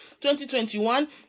2021